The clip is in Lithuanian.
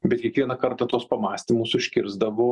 bet kiekvieną kartą tuos pamąstymus užkirsdavo